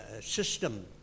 system